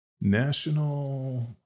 National